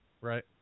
Right